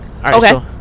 okay